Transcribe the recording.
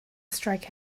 strike